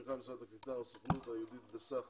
תמיכה ממשרד הקליטה והסוכנות היהודית בסך